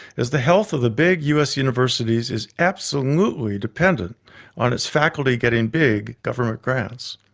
as the health of the big us universities is absolutely dependent on its faculty getting big government grants.